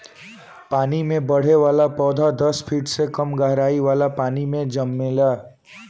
पानी में बढ़े वाला पौधा दस फिट से कम गहराई वाला पानी मे जामेला